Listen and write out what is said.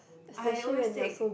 I always take